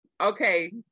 Okay